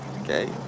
okay